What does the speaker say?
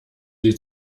sie